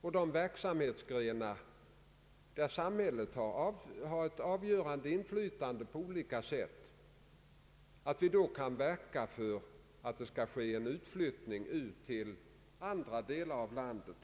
och verksamhetsgrenar där samhället har ett avgörande inflytande på olika sätt — kan verka för en utflyttning till andra delar av landet.